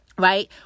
Right